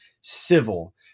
civil